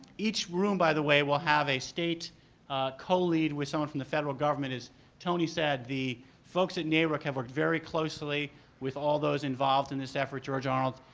each room by the way will have a state co-lead with someone from the federal government. tony said the folks in naruc have worked very closely with all those involved in this effort, george arnold.